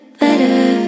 better